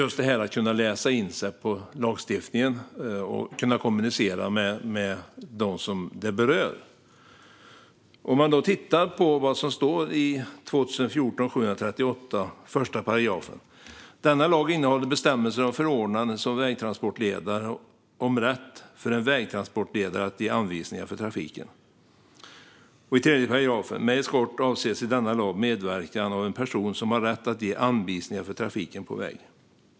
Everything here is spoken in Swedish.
Det handlar om att kunna läsa in sig på lagar och kunna kommunicera med dem det berör. Vi kan titta på vad som står i 1 § i lagen 2014:738: "Denna lag innehåller bestämmelser om förordnande som vägtransportledare och om rätt för en vägtransportledare att ge anvisningar för trafiken." I 3 § står det: "Med eskort avses i denna lag medverkan av en person som har rätt att ge anvisningar för trafiken på väg."